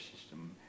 system